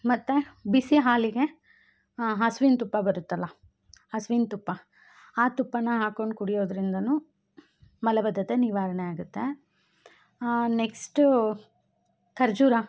ಮತ್ತು ಬಿಸಿ ಹಾಲಿಗೆ ಹಸುವಿನ್ ತುಪ್ಪ ಬರುತ್ತಲ್ವಾ ಹಸುವಿನ್ ತುಪ್ಪ ಆ ತುಪ್ಪನ ಹಾಕೊಂಡು ಕುಡಿಯೋದ್ರಿಂದ ಮಲಬದ್ಧತೆ ನಿವಾರಣೆ ಆಗುತ್ತೆ ನೆಕ್ಸ್ಟು ಖರ್ಜುರ